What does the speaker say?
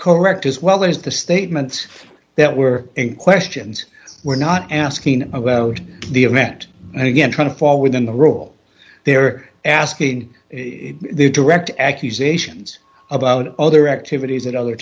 correct as well as the statements that were in questions were not asking about the event and again trying to fall within the role they're asking direct accusations about other activities at another